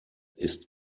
ist